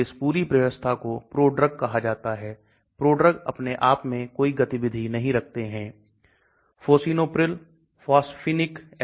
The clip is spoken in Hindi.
तो मैं क्या करता हूं मैं एक ठोस दवा लेता हूं इसे विलायक या पानी में डाल देता हूं और फिर मैं देखता हूं कि ठोस और घुलित रूप के लिए इसे संतुलन तक पहुंचने में कितना समय लगता है